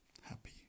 happy